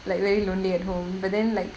like very lonely at home but then like